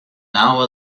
hour